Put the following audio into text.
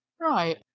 Right